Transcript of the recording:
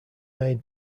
made